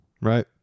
Right